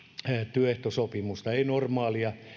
työehtosopimusta ei normaalia